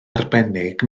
arbennig